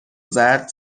زرد